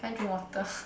can I drink water